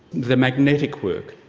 the magnetic work,